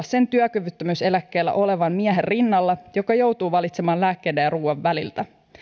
sen työkyvyttömyyseläkkeellä olevan miehen rinnalla joka joutuu valitsemaan lääkkeiden ja ruuan väliltä